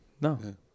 no